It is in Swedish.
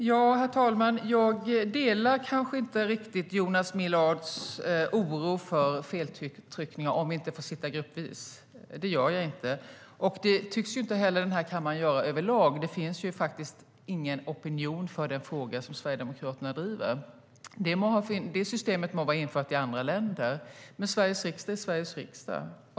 STYLEREF Kantrubrik \* MERGEFORMAT Riksdagens arbetsformer m.m.Herr talman! Jag delar kanske inte riktigt Jonas Millards oro för feltryckningar om vi inte får sitta gruppvis. Det gör jag inte. Det tycks inte heller kammaren överlag göra. Det finns faktiskt ingen opinion för den fråga som Sverigedemokraterna driver. Det systemet må vara infört i andra länder, men Sveriges riksdag är Sveriges riksdag.